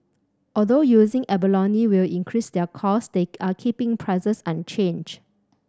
although using abalone will increase their cost they are keeping prices unchanged